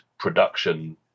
production